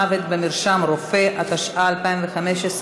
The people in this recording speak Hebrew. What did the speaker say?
מוות במרשם רופא), התשע"ה 2015,